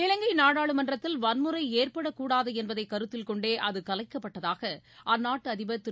இலங்கைநாடாளுமன்றத்தில் வன்முறைஏற்படக்கூடாதுஎன்பதைக் கருத்தில் கொண்டே அதுகலைக்கப்பட்டதாக அற்நாட்டு அதிபர் திரு